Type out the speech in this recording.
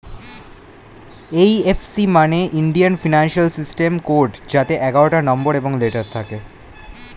এই F C মানে Indian financial system code যাতে এগারোটা নম্বর এবং লেটার থাকে